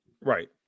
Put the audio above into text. Right